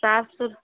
سات سو